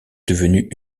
devenue